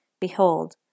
Behold